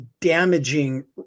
damaging